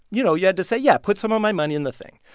you know, you had to say, yeah, put some of my money in the thing.